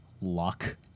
luck